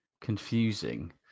confusing